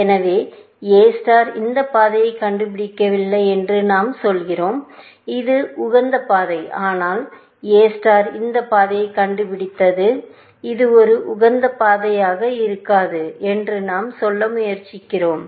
எனவே A star இந்த பாதையை கண்டுபிடிக்கவில்லை என்று நாம் சொல்கிறோம் இது உகந்த பாதை ஆனால் எ ஸ்டார் இந்த பாதையை கண்டுபிடித்தது இது ஒரு உகந்த பாதையாக இருக்காது என்று நாம் சொல்ல முயற்சிக்கிறோம்